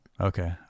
Okay